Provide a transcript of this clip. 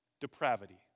Depravity